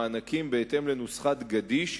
מענקים בהתאם לנוסחת גדיש,